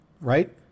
right